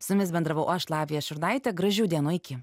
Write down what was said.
su jumis bendravau aš latvija šurnaitė gražių dienų iki